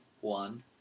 One